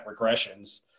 regressions